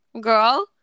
girl